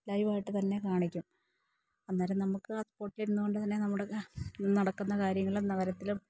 ലൈവായിട്ടുതന്നെ കാണിക്കും അന്നേരം നമുക്ക് ആ സ്പോട്ടിലിരുന്നുകൊണ്ടുതന്നെ നമ്മുടെ നടക്കുന്ന കാര്യങ്ങളും നഗരത്തിലും